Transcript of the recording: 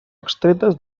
extretes